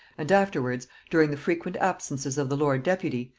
and afterwards, during the frequent absences of the lord-deputy,